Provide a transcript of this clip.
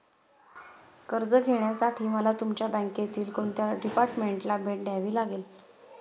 कर्ज घेण्यासाठी मला तुमच्या बँकेतील कोणत्या डिपार्टमेंटला भेट द्यावी लागेल?